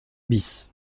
bis